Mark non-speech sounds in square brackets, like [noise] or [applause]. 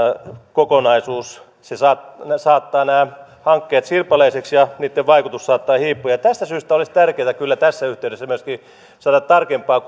kokonaisuus se saattaa nämä hankkeet sirpaleisiksi ja niitten vaikutus saattaa hiipua ja tästä syystä olisi tärkeätä kyllä tässä yhteydessä myöskin saada tarkempaa [unintelligible]